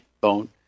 bone